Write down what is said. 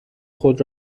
خود